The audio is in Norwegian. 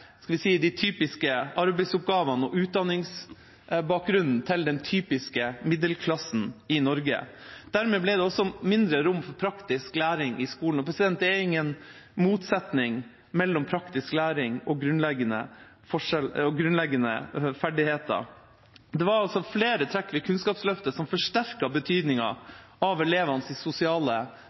skal vi si – de typiske arbeidsoppgavene og utdanningsbakgrunnen til den typiske middelklassen i Norge. Dermed ble det også mindre rom for praktisk læring i skolen. Det er ingen motsetning mellom praktisk læring og grunnleggende ferdigheter. Det var også flere trekk ved Kunnskapsløftet i skolen som forsterket betydningen av elevenes sosiale